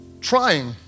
trying